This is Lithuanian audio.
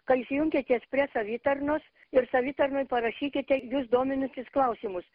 kai jūs jungiatės prie savitarnos ir savitarnoj parašykite jus dominančius klausimus